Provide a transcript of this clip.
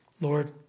Lord